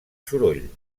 soroll